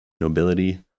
nobility